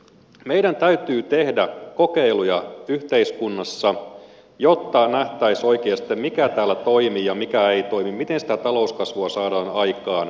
meidän täytyy tehdä kokeiluja yhteiskunnassa jotta nähtäisiin oikeasti mikä täällä toimii ja mikä ei toimi miten sitä talouskasvua saadaan aikaan